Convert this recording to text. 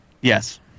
Yes